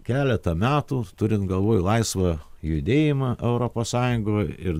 keletą metų turint galvoj laisvą judėjimą europos sąjungoj ir